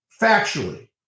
factually